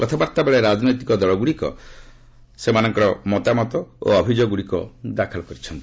କଥାବାର୍ତ୍ତା ବେଳେ ରାଜନୈତିକ ଦଳଗୁଡ଼ିକ ସେମାନଙ୍କର ମତାମତ ଓ ଅଭିଯୋଗଗୁଡ଼ିକ ଦାଖଲ କରିଚ୍ଛନ୍ତି